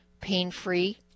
pain-free